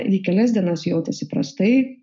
ji kelias dienas jautėsi prastai